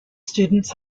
students